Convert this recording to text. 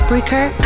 Breaker